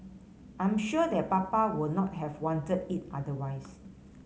I'm sure that Papa would not have wanted it otherwise